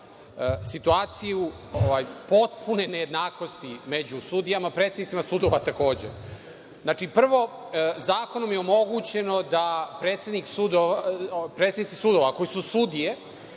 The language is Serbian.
situaciju potpune nejednakosti među sudijama, predsednicima sudova takođe. Prvo, zakonom je omogućeno da predsednici sudova koji su sudije